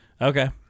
okay